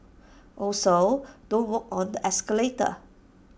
also don't walk on the escalator